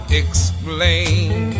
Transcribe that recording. explain